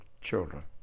children